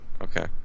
Okay